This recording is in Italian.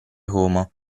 homo